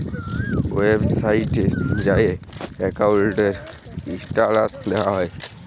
ওয়েবসাইটে যাঁয়ে একাউল্টের ইস্ট্যাটাস দ্যাখা যায়